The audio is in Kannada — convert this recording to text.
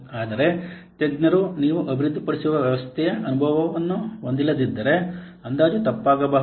ಆದರೆ ತಜ್ಞರು ನೀವು ಅಭಿವೃದ್ಧಿಪಡಿಸುತ್ತಿರುವ ವ್ಯವಸ್ಥೆಯ ಅನುಭವವನ್ನು ಹೊಂದಿಲ್ಲದಿದ್ದರೆ ಅಂದಾಜು ತಪ್ಪಾಗಿರಬಹುದು